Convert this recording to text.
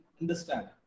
understand